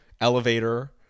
elevator